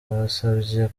wasabye